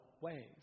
ways